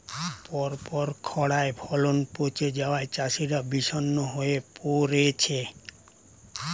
পরপর খড়ায় ফলন পচে যাওয়ায় চাষিরা বিষণ্ণ হয়ে পরেছে